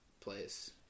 Place